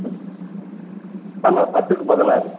ம் ஆமாம் பத்துக்கு பதினாறு